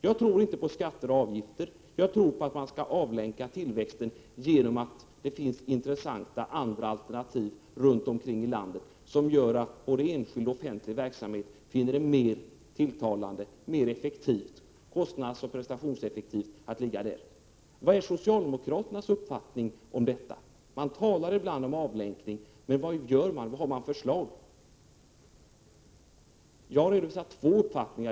Jag tror inte på skatter och avgifter. Jag tror på att man skall avlänka tillväxten genom att det finns intressanta alternativ runt omkring i landet som gör att både enskild och offentlig verksamhet finner det mer tilltalande, mer kostnadsoch prestationseffektivt, att lokalisera sig där. Vad är socialdemokraternas uppfattning om detta? Ni talar ibland om avlänkning, men vad gör ni? Vilka förslag har ni? Jag har redovisat vår uppfattning.